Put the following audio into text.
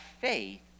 faith